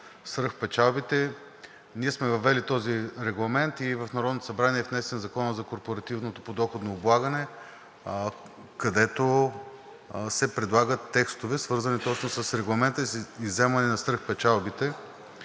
ние сме въвели този регламент и в Народното събрание е внесен Закона за корпоративното подоходно облагане, където се предлагат текстове, свързани точно с Регламента и изземване на свръхпечалбите